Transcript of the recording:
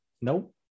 Nope